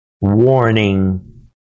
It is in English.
warning